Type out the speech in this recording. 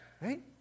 Right